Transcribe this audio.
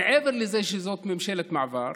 מעבר לזה שזאת ממשלת מעבר,